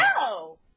No